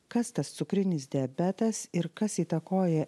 kas tas cukrinis diabetas ir kas įtakoja